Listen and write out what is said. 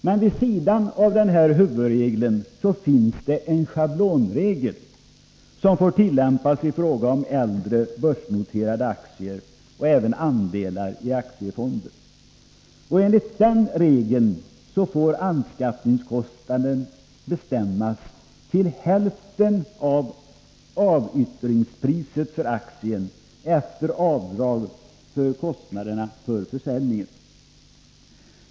Men vid sidan av huvudregeln finns det en schablonregel, som får tillämpas i fråga om äldre börsnoterade aktier och även i fråga om andelar i aktiefonder. Enligt den regeln får anskaffningskostnaden bestämmas till hälften av avyttringspriset efter avdrag för kostnaderna för försäljningen.